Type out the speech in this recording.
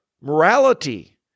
morality